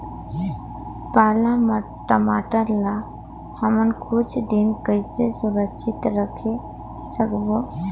पाला टमाटर ला हमन कुछ दिन कइसे सुरक्षित रखे सकबो?